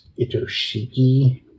Itoshiki